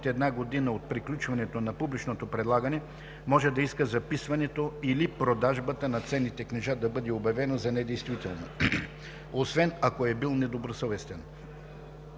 една година от приключването на публичното предлагане, може да иска записването или продажбата на ценните книжа да бъде обявено за недействително, освен ако е бил недобросъвестен.